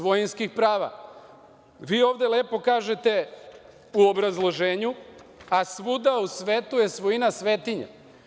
Vi ovde lepo kažete u obrazloženju, a svuda u svetu je svojina svetinja.